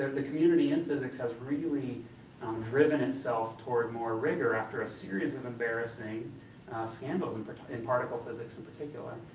the community in physics has really um driven itself toward more rigor after a series of embarrassing scandals in but in particle physics, in particular.